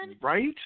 Right